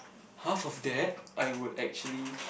half of that I would actually